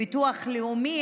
הביטוח הלאומי.